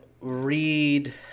read